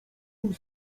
nim